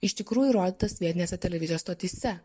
iš tikrųjų rodytas vietinėse televizijos stotyse